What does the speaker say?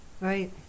right